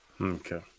Okay